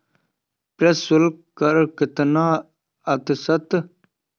प्रशुल्क कर कितना प्रतिशत तक हो सकता है?